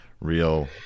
real